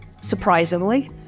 surprisingly